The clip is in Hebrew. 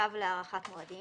צו להארכת מועדים)